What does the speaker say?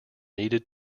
needed